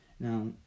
Now